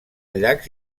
llacs